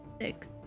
six